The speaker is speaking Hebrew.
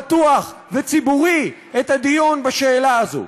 פתוח וציבורי את הדיון בשאלה הזאת.